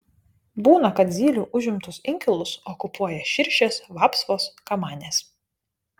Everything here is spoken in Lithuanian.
būna kad zylių užimtus inkilus okupuoja širšės vapsvos kamanės